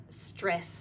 stress